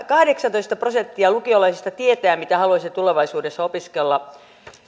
kahdeksantoista prosenttia lukiolaisista tietää mitä he haluaisivat tulevaisuudessa opiskella